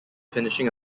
finishing